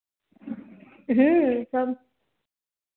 सब